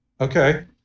Okay